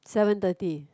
seven thirty